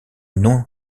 non